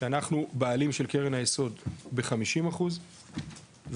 שאנחנו בעלים של קרן היסוד בחמישים אחוז והוקמה